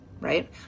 right